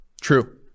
true